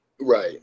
Right